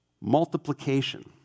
Multiplication